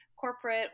corporate